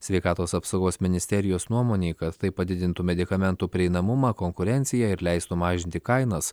sveikatos apsaugos ministerijos nuomonei kad tai padidintų medikamentų prieinamumą konkurenciją ir leistų mažinti kainas